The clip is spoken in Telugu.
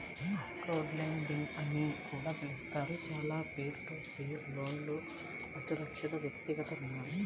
క్రౌడ్లెండింగ్ అని కూడా పిలుస్తారు, చాలా పీర్ టు పీర్ లోన్లుఅసురక్షితవ్యక్తిగత రుణాలు